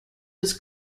his